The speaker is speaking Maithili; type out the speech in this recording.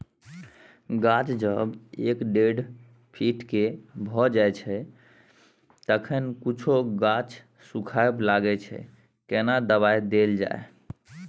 गाछ जब एक डेढ फीट के भ जायछै तखन कुछो गाछ सुखबय लागय छै केना दबाय देल जाय?